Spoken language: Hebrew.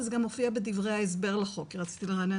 וזה גם מופיע בדברי ההסבר לחוק רציתי לרענן